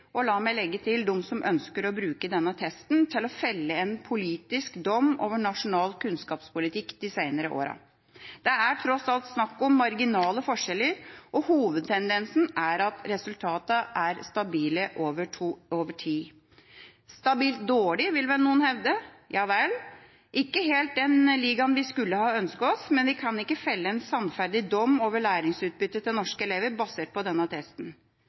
og la meg legge til – de som ønsker å bruke denne testen til å felle en politisk dom over nasjonal kunnskapspolitikk de senere årene. Det er tross alt snakk om marginale forskjeller, og hovedtendensen er at resultatene er stabile over tid. Stabilt dårlige, vil vel noen hevde. Ja vel – ikke helt den ligaen vi skulle ha ønsket oss, men vi kan ikke felle en sannferdig dom over læringsutbyttet til norske elever basert på denne